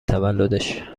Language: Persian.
تولدش